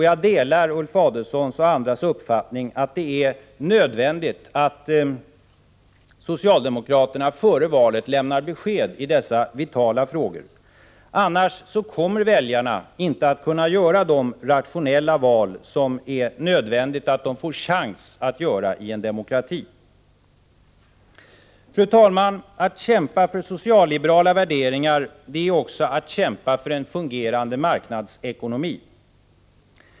Jag delar Ulf Adelsohns och andras uppfattning att det är nödvändigt att socialdemokraterna före valet lämnar besked i dessa vitala frågor. Annars kommer väljarna inte att kunna göra de rationella val som det är nödvändigt att de får chans att göra i en demokrati. Fru talman! Att kämpa för socialliberala värderingar är också att kämpa för en fungerande marknadsekonomi.